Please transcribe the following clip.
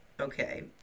okay